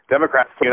Democrats